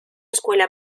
escuela